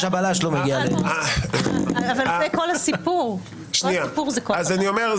כל הסיפור זה כוח אדם.